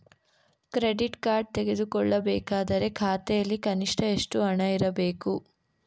Credit card ತೆಗೆದುಕೊಳ್ಳಬೇಕಾದರೆ ಖಾತೆಯಲ್ಲಿ ಕನಿಷ್ಠ ಎಷ್ಟು ಹಣ ಇರಬೇಕು?